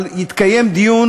אבל יתקיים דיון